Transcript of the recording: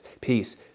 peace